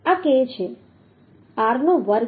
r નો વર્ગ છે